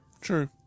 true